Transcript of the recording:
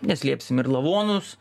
neslėpsim ir lavonus